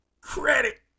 credit